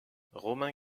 romain